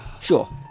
Sure